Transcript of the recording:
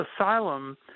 asylum